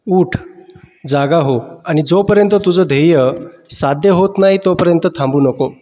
ऊठ जागा हो आणि जोपर्यंत तुझं ध्येय साध्य होत नाही तोपर्यंत थांबू नको